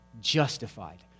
justified